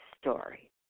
story